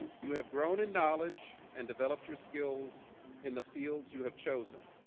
you have grown in knowledge and developed your skills in the fields you have chosen.